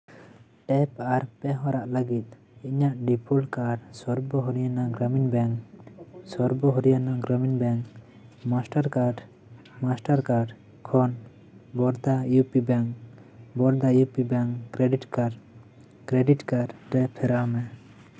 tap ᱟᱨ ᱯᱮ ᱦᱚᱲᱟᱜ ᱞᱟᱹᱜᱤᱫ ᱤᱧᱟᱹᱜ ᱰᱤᱯᱷᱳᱞᱴ ᱠᱟᱨ ᱥᱚᱨᱵᱚᱦᱚᱨᱤᱭᱟᱱᱟ ᱨᱮᱱᱟᱜ Gramin bank Sarva Haryana Gramin bank master card master card ᱠᱷᱚᱱ ᱵᱚᱲᱫᱟ ᱤᱭᱩ ᱯᱤ ᱵᱮᱝᱠ ᱵᱚᱨᱫᱟ U P bank credit card credit card ᱨᱮ ᱯᱷᱮᱨᱟᱣ ᱢᱮ